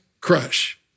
crush